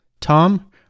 Tom